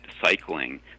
cycling